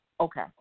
Okay